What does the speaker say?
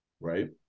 Right